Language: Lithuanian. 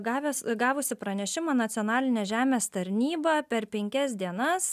gavęs gavusi pranešimą nacionalinė žemės tarnyba per penkias dienas